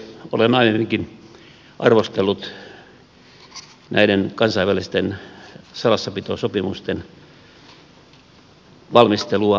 olen aiemminkin arvostellut näiden kansainvälisten salassapitosopimusten valmistelua